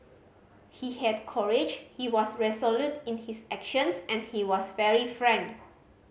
he had courage he was resolute in his actions and he was very frank